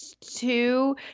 two